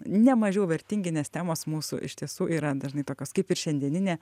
ne mažiau vertingi nes temos mūsų iš tiesų yra dažnai tokios kaip ir šiandieninė